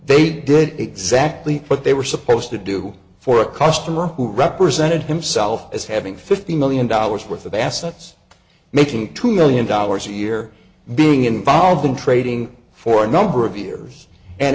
they did exactly what they were supposed to do for a customer who represented himself as having fifty million dollars worth of assets making two million dollars a year being involved in trading for a number of years and